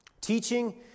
Teaching